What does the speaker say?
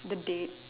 the date